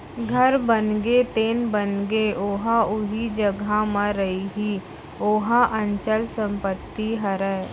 घर बनगे तेन बनगे ओहा उही जघा म रइही ओहा अंचल संपत्ति हरय